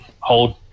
hold